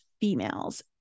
females